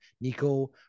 Nico